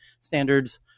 standards